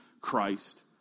Christ